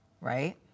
Right